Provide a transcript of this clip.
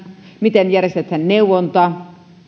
miten järjestetään neuvonta